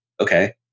okay